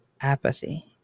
apathy